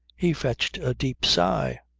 he fetched a deep sigh.